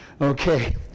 Okay